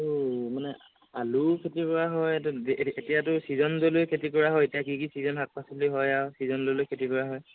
ও মানে আলু খেতি কৰা হয় এইটো এতিয়াতো ছিজন লৈ লৈ খেতি কৰা হয় এতিয়া কি কি ছিজন শাক পাচলি হয় আৰু ছিজন লৈ লৈ খেতি কৰা হয়